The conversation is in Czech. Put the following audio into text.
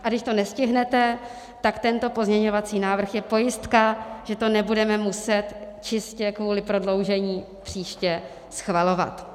A když to nestihnete, tak tento pozměňovací návrh je pojistka, že to nebudeme muset čistě kvůli prodloužení příště schvalovat.